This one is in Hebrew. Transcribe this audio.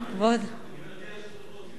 היא בסוף הרשימה.